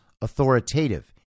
authoritative